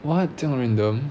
what 这样 random